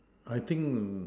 I think